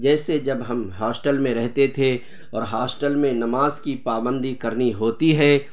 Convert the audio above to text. جیسے جب ہم ہاسٹل میں رہتے تھے اور ہاسٹل میں نماز کی پابندی کرنی ہوتی ہے